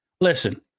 listen